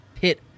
pit